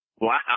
Wow